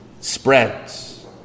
spreads